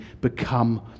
become